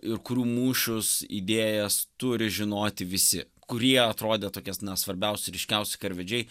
ir kurių mūšius idėjas turi žinoti visi kurie atrodė tokie na svarbiausi ryškiausi karvedžiai